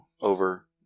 over